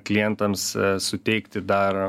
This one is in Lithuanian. klientams suteikti dar